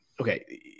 okay